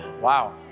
Wow